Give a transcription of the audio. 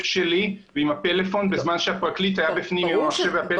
שלי ועם הפלאפון בזמן שהפרקליט היה בפנים עם המחשב והפלאפון.